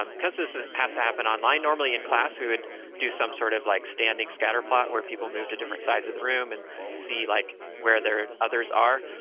um because this has to happen online normally, in class, we would do some sort of like standing scatterplot, where people move to different sides of the room and see like where their others are.